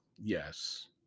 yes